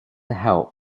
help